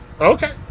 Okay